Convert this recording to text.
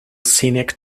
scenic